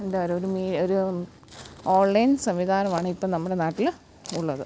എന്താ ഒരു മീ ഒരു ഓൺലൈൻ സംവിധാനമാണ് ഇപ്പം നമ്മുടെ നാട്ടിൽ ഉള്ളത്